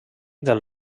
del